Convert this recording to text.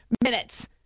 minutes